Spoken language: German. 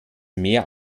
mehr